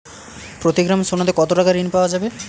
প্রতি গ্রাম সোনাতে কত টাকা ঋণ পাওয়া যাবে?